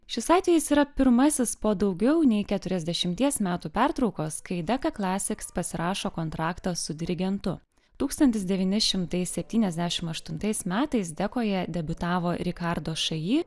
šis atvejis yra pirmasis po daugiau nei keturiasdešimties metų pertraukos kai deka klasiks pasirašo kontraktą su dirigentu tūkstantis devyni šimtai septyniasdešimt aštuntais metais dekoje debiutavo rikardo šaji